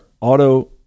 auto